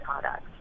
products